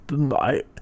I-